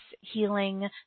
healing